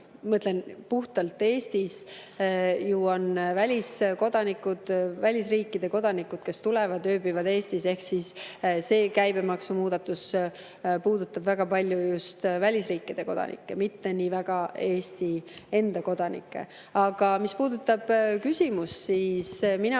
Mõtlen puhtalt Eestis. On ju välisriikide kodanikud, kes tulevad, ööbivad Eestis, ehk see käibemaksumuudatus puudutab väga palju just välisriikide kodanikke, mitte nii väga Eesti kodanikke. Aga mis puudutab [raha]küsimust, siis mina